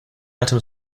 item